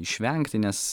išvengti nes